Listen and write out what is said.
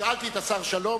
שאלתי את השר שלום.